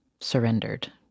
surrendered